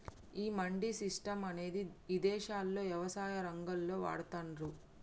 ఈ మండీ సిస్టం అనేది ఇదేశాల్లో యవసాయ రంగంలో వాడతాన్రు